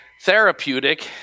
therapeutic